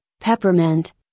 peppermint